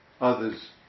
others